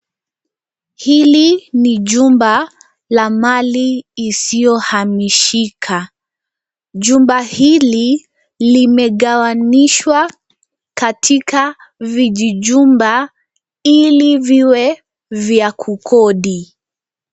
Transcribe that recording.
Hili ni jumba la mali isiyohamishika. Jumba hili limegawanyishwa katika vijijumba ili viwe vya kukodi.